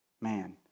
man